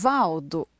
Valdo